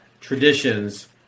traditions